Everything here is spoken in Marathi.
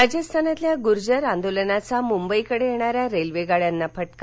राजस्थानातल्या गुर्जर आंदोलनाचा मुंबईकडे येणाऱ्या रेल्वे गाड्यांना फटका